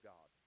God